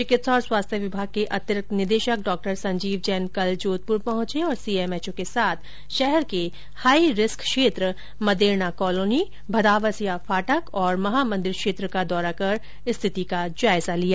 चिकित्सा और स्वास्थ्य विभाग के अतिरिक्त निदेशक डॉ संजीव जैन कल जोधपुर पहुंचे और सीएमएचओ के साथ शहर के हाइ रिस्क क्षेत्र मदेरणा कॉलोनी भदावासिया फाटक और महामंदिर क्षेत्र का दौरा कर स्थिति का जायजा लिया